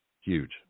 Huge